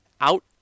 out